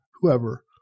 whoever